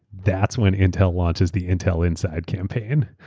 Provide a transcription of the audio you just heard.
that's when intel launches the intel inside campaign,